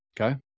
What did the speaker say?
Okay